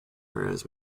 whereas